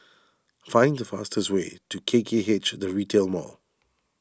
find the fastest way to K K H the Retail Mall